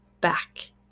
back